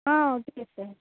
ah okay sir